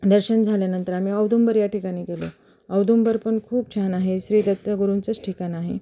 दर्शन झाल्यानंतर आम्ही औदुंबर या ठिकाणी गेलो औदुंबर पण खूप छान आहे श्री दत्तगुरूंचंच ठिकाण आहे